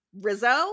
Rizzo